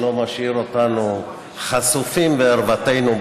שלא משאיר אותנו חשופים בערוותנו,